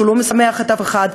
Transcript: שלא משמח אף אחד,